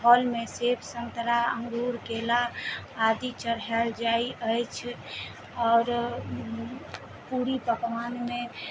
फलमे सेब संतरा अंगूर केला आदि चढ़ाएल जाइत अछि आओर पूरी पकवानमे